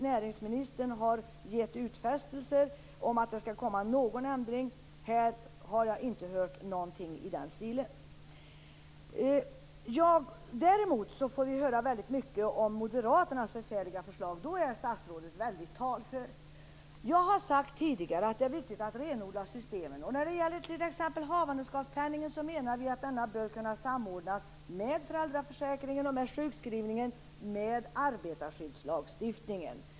Näringsministern har faktiskt gett utfästelser om att det skall ske någon ändring. Här har jag inte hört något i den stilen. Däremot får vi höra väldigt mycket om Moderaternas förfärliga förslag. Då är statsrådet mycket talför. Jag har tidigare sagt att det är viktigt att renodla systemen. Vi menar t.ex. att havandeskapspenningen bör kunna samordnas med föräldraförsäkringen, med sjukförsäkringen och med arbetarskyddslagstiftningen.